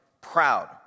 proud